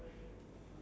mmhmm